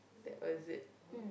that was it mm